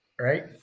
right